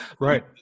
right